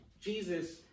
Jesus